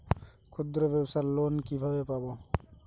ক্ষুদ্রব্যাবসার লোন কিভাবে পাব?